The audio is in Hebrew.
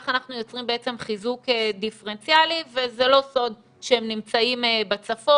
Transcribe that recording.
איך אנחנו יוצרים בעצם חיזוק דיפרנציאלי וזה לא סוד שהם נמצאים בצפון,